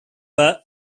are